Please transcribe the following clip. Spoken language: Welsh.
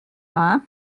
dda